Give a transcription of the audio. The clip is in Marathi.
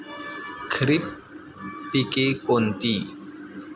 खरीप पिके कोणती?